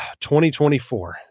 2024